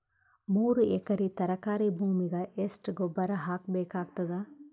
ಮೂರು ಎಕರಿ ತರಕಾರಿ ಭೂಮಿಗ ಎಷ್ಟ ಗೊಬ್ಬರ ಹಾಕ್ ಬೇಕಾಗತದ?